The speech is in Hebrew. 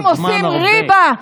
מאתרוגים עושים ריבה.